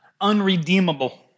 unredeemable